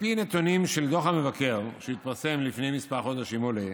מנתונים של דוח המבקר שהתפרסם לפני כמה חודשים עולה